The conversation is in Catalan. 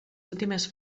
últimes